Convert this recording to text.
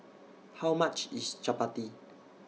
How much IS Chapati